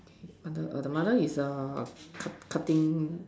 or the or the mother is err cut cutting